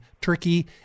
Turkey